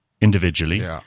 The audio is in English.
individually